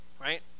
Right